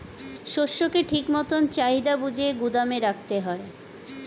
শস্যকে ঠিক মতন চাহিদা বুঝে গুদাম রাখতে হয়